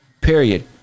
period